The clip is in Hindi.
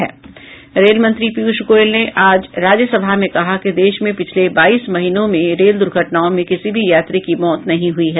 रेलमंत्री पीयूष गोयल ने आज राज्यसभा में कहा कि देश में पिछले बाईस महीनों में रेल दुर्घटनाओं में किसी भी यात्री की मौत नहीं हुई है